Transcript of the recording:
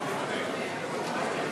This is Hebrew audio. כבוד